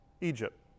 Egypt